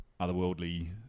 otherworldly